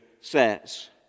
says